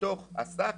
מתוך הסך,